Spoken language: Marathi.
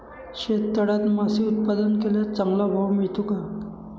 शेततळ्यात मासे उत्पादन केल्यास चांगला भाव मिळतो का?